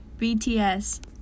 BTS